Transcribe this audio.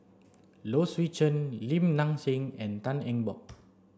Low Swee Chen Lim Nang Seng and Tan Eng Bock